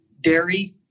dairy